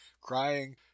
crying